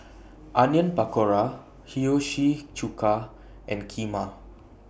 Onion Pakora Hiyashi Chuka and Kheema